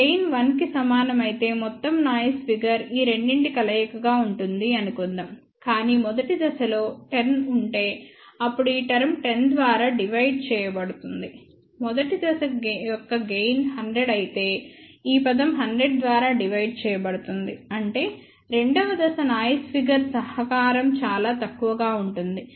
gain 1 కి సమానం అయితే మొత్తం నాయిస్ ఫిగర్ ఈ రెండింటి కలయికగా ఉంటుంది అనుకుందాం కాని మొదటి దశలో 10 ఉంటే అప్పుడు ఈ టర్మ్ 10 ద్వారా డివైడ్ చేయబడుతుంది మొదటి దశ యొక్క గెయిన్ 100 అయితే ఈ పదం 100 ద్వారా డివైడ్ చేయబడుతుంది అంటే రెండవ దశ నాయిస్ ఫిగర్ సహకారం చాలా తక్కువగా ఉంటుంది